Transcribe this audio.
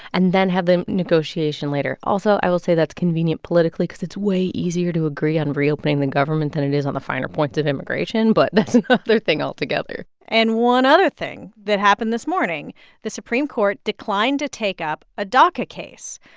and then have the negotiation later also, i will say that's convenient politically because it's way easier to agree on reopening the government than it is on the finer points of immigration. but that's another thing altogether and one other thing that happened this morning the supreme court declined to take up a daca case.